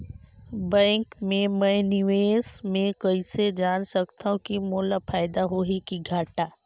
Bank मे मैं निवेश मे कइसे जान सकथव कि मोला फायदा होही कि घाटा?